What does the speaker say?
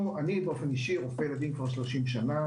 אני רופא ילדים 30 שנה,